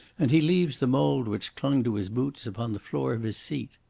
and he leaves the mould which clung to his boots upon the floor of his seat.